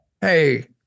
Hey